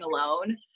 alone